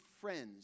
friends